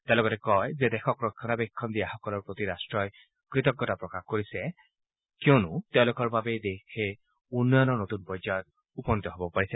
তেওঁ লগতে কয় যে দেশক ৰক্ষণাবেক্ষণ দিয়াসকলৰ প্ৰতি ৰাট্টই কৃতজ্ঞতা প্ৰকাশ কৰিছে কিয়নো তেওঁলোকৰ বাবেই দেশে উন্নয়নৰ নতুন পৰ্যায়ত উপনীত হ'ব পাৰিছে